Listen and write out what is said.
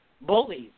bullies